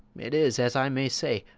it is, as i may say,